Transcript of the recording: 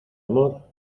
amor